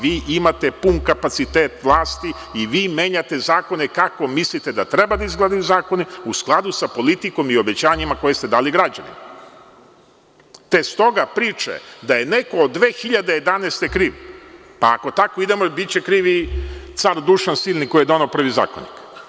Vi imate pun kapacitet vlasti i vi menjate zakone kako mislite da treba da izgledaju zakoni, u skladu sa politikom i obećanjima koje ste dali građanima, te stoga priče da je neko od 2011. kriv, pa ako tako idemo, biće kriv i car Dušan Silni koji je doneo prvi zakonik.